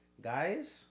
guys